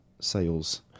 sales